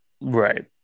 Right